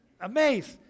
amazed